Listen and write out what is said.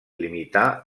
limitar